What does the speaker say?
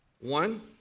One